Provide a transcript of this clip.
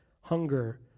hunger